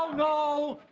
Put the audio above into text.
um no,